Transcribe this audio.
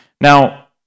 Now